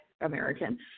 american